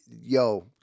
yo